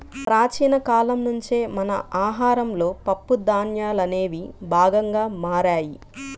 ప్రాచీన కాలం నుంచే మన ఆహారంలో పప్పు ధాన్యాలనేవి భాగంగా మారాయి